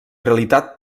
realitat